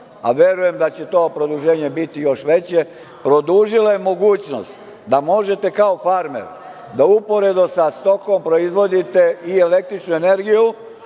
a verujem da će to produženje biti još veće. Produžila je mogućnost da možete kao farmer da uporedo sa stokom proizvodite i električnu energiju